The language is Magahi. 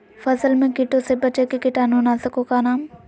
फसल में कीटों से बचे के कीटाणु नाशक ओं का नाम?